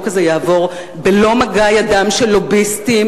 הזה יעבור בלא מגע ידם של לוביסטים,